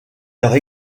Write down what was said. leurs